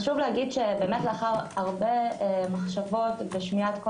חשוב להגיד שבאמת לאחר הרבה מחשבות ושמיעת כל